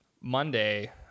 Monday